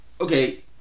Okay